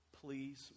Please